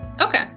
Okay